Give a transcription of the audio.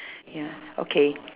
ya okay